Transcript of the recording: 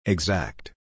Exact